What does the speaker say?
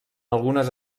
algunes